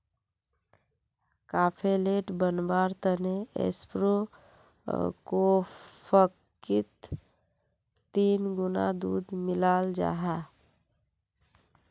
cafe latte बनवार तने espresso कोफ्फीत तीन गुणा दूध मिलाल जाहा